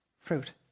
fruit